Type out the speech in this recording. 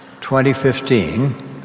2015